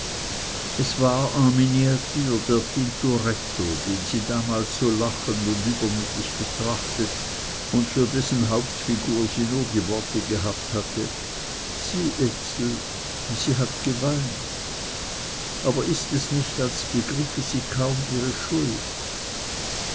es war en miniature der tintoretto den sie damals so lachend und übermütig betrachtet und für dessen hauptfigur sie nur die worte gehabt hatte sieh ezel sie hat geweint aber ist es nicht als begriffe sie kaum ihre schuld